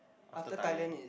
after Thailand is